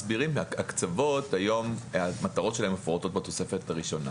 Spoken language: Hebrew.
הקצבות היום, המטרות שלהן מפורטות בתוספת הראשונה.